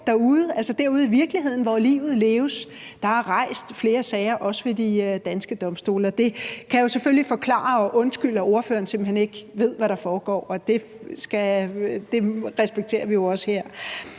derude i virkeligheden – hvor livet leves, også ved de danske domstole. Det kan jo selvfølgelig forklare og undskylde, at ordføreren simpelt hen ikke ved, hvad der foregår, og det respekterer vi jo også her.